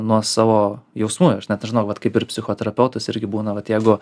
nuo savo jausmų aš net nežinau vat kaip ir psichoterapeutas irgi būna vat jeigu